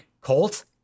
Colt